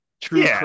True